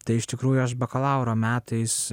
tai iš tikrųjų aš bakalauro metais